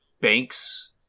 banks